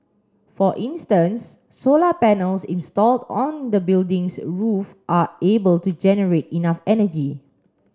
for instance solar panels installed on the building's roof are able to generate enough energy